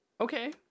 Okay